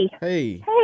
Hey